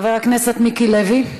חבר הכנסת מיקי לוי,